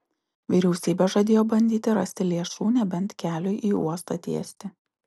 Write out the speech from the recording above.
vyriausybė žadėjo bandyti rasti lėšų nebent keliui į uostą tiesti